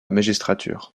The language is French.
magistrature